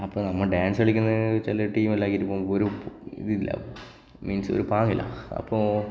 അപ്പം നമ്മൾ ഡാൻസ് കളിക്കുന്ന ചില ടീം എല്ലാം ആക്കിയിട്ട് പോകുമ്പോൾ ഒരു ഇതില്ല മീൻസ് ഒരു പാങ്ങില്ല അപ്പോൾ